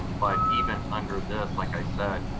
um but even under this, like i said,